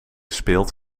speelt